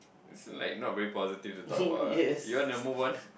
like not very positive to talk about ah you want to move on